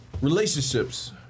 Relationships